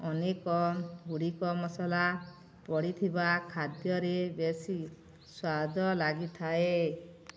ଅନେକ ଗୁଡ଼ିକ ମସଲା ପଡ଼ିଥିବା ଖାଦ୍ୟରେ ବେଶୀ ସ୍ୱାଦ ଲାଗିଥାଏ